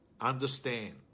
Understand